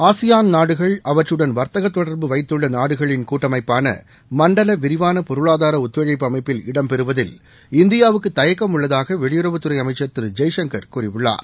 ASEAN நாடுகள் அவற்றுடன் வர்த்தகத் தொடர்பு வைத்துள்ள நாடுகளின் கூட்டமைப்பான மண்டல விரிவான பொருளாதார ஒத்துழைப்பு அமைப்பில் இடம் பெறுவதில் இந்தியாவுக்கு தயக்கம் உள்ளதாக வெளியுறவுத்துறை அமைச்சர் திரு ஜெய்சங்கர் கூறியுள்ளார்